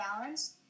balance